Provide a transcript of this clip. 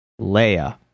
Leia